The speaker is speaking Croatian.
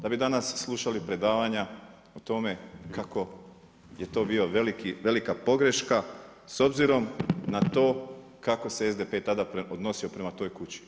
Da bi danas slušali predavanja o tome kako je to bila velika pogreška s obzirom na to kako se SDP-e tada odnosio prema toj kući.